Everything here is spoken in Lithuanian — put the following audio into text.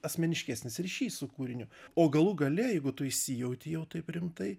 asmeniškesnis ryšys su kūriniu o galų gale jeigu tu įsijauti jau taip rimtai